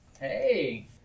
Hey